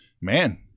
Man